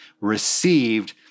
received